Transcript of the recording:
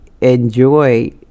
enjoy